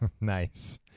nice